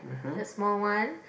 the small one